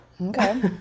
Okay